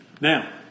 Now